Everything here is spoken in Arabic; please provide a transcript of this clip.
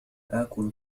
آكل